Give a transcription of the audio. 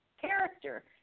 character